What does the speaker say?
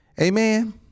amen